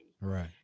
Right